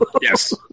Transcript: Yes